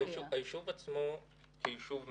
היישוב כיישוב מקבל,